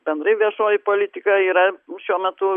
bendrai viešoji politika yra šiuo metu